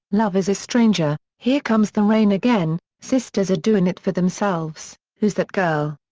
love is a stranger, here comes the rain again, sisters are doin' it for themselves, who's that girl,